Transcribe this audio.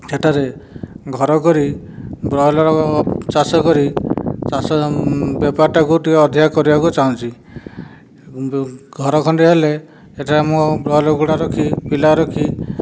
ସେଠାରେ ଘର କରି ବ୍ରଏଲର୍ ଚାଷ କରି ଚାଷ ବେପାରଟାକୁ ଟିକେ ଅଧିକା କରିବାକୁ ଚାହୁଁଛି ଘର ଖଣ୍ଡେ ହେଲେ ସେଠାରେ ମୁଁ ବ୍ରଏଲର୍ କୁକୁଡ଼ା ରଖି ପିଲା ରଖି